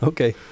Okay